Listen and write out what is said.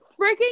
freaking